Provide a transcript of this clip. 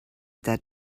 that